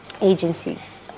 agencies